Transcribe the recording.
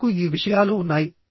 ఎందుకు ఈ విషయాలు ఉన్నాయి